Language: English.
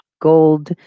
gold